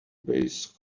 base